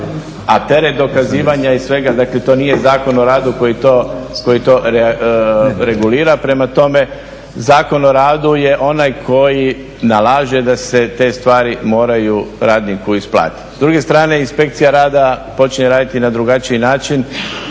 a teret dokazivanja i svega, dakle to nije Zakon o radu koji to regulira, prema tome Zakon o radu je onaj koji nalaže da se te stvari moraju radniku isplatiti. S druge strane inspekcija rada počinje raditi na drugačiji način.